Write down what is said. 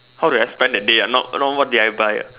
how do I spend the day ah not not what did I buy ah